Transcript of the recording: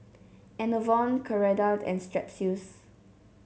Enervon Ceradan and Strepsils